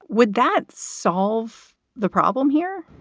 would that solve the problem here?